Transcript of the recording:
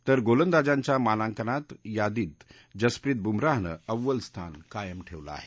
तर गोलंदाजांच्या मानांकन यादीत जसप्रित बुमराहनं अव्वल स्थान कायम ठेवलं आहे